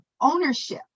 ownership